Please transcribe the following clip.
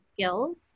skills